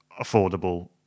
affordable